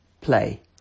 Play